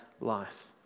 life